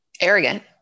arrogant